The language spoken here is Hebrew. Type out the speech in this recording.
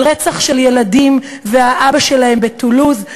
על רצח של ילדים והאבא שלהם בטולוז,